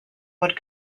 would